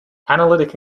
analytic